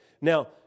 Now